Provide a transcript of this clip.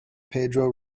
pedro